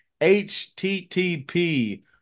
http